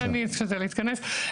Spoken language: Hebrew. כן, אני אשתדל להתכנס.